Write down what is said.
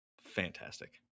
Fantastic